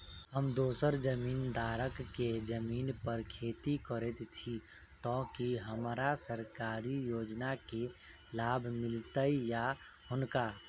हम दोसर जमींदार केँ जमीन पर खेती करै छी तऽ की हमरा सरकारी योजना केँ लाभ मीलतय या हुनका?